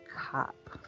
cop